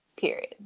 period